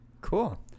Cool